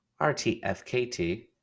RTFKT